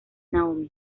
naomi